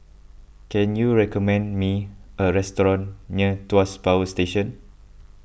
can you recommend me a restaurant near Tuas Power Station